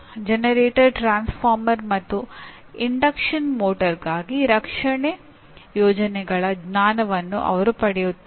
generator transformer ಮತ್ತು induction ಮೋಟರ್ಗಾಗಿ ರಕ್ಷಣೆ ಯೋಜನೆಗಳ ಜ್ಞಾನವನ್ನು ಅವರು ಪಡೆಯುತ್ತಾರೆ